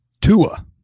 Tua